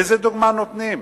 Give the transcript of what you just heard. איזו דוגמה נותנים?